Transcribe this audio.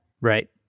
Right